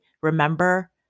remember